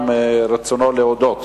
אם רצונו להודות.